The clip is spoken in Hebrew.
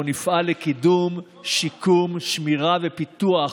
אנחנו נפעל לקידום שיקום, שמירה ופיתוח